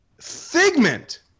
Figment